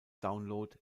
download